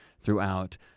throughout